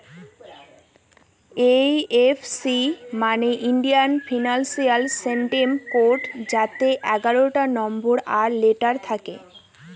IFC মানে Indian financial system code যাতে এগারোটা নম্বর আর লেটার থাকে